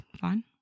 fine